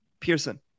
Pearson